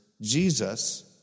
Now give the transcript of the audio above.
Jesus